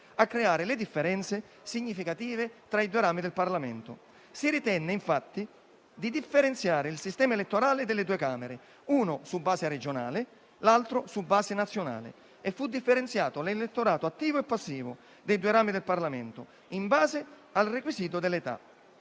a creare differenze significative tra i due rami del Parlamento. Si ritenne infatti di differenziare il sistema elettorale delle due Camere, uno su base regionale, l'altro su base nazionale, e l'elettorato attivo e passivo dei due rami del Parlamento, in base al requisito dell'età.